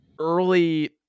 early